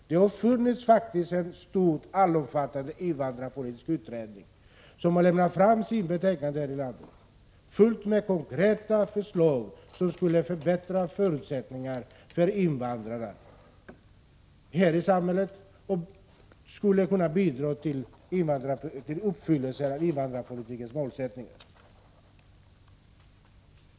Det har faktiskt här i landet gjorts en stor, allomfattande invandrarpolitisk utredning som lagt fram ett betänkande fullt med konkreta förslag som skulle förbättra förutsättningarna för invandrarna i samhället och kunna bidra till att invandrarpolitikens målsättningar uppfylls.